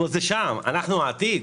אנחנו העתיד,